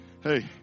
Hey